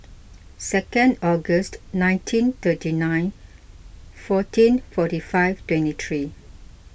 second August nineteen thirty nine fourteen forty five twenty three